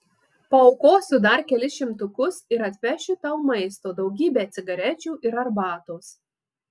paaukosiu dar kelis šimtukus ir atvešiu tau maisto daugybę cigarečių ir arbatos